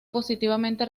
positivamente